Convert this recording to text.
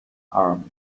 armed